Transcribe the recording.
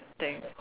thing